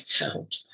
account